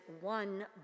one